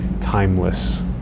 Timeless